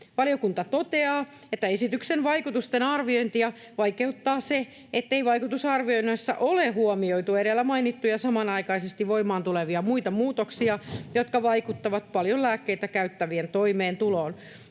Valiokunta toteaa, että esityksen vaikutusten arviointia vaikeuttaa se, ettei vaikutusarvioinneissa ole huomioitu edellä mainittuja samanaikaisesti voimaan tulevia muita muutoksia, jotka vaikuttavat paljon lääkkeitä käyttävien toimeentuloon.